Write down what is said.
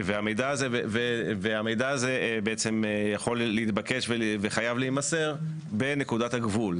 והמידע הזה יכול להתבקש וחייב להימסר בנקודת הגבול.